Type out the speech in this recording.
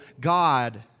God